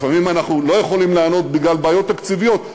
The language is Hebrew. לפעמים אנחנו לא יכולים להיענות בגלל בעיות תקציביות.